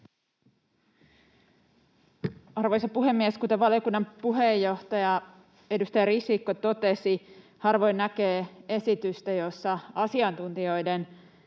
Arvoisa puhemies! Kuten valiokunnan puheenjohtaja, edustaja Risikko, totesi, harvoin näkee esitystä, jossa asiantuntijoiden